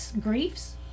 griefs